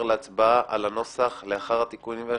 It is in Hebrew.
להצבעה על הנוסח לאחר התיקונים והשינויים?